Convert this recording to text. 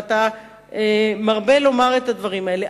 ואתה מרבה לומר את הדברים האלה,